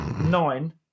nine